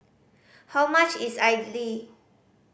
how much is idly